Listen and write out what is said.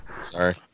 Sorry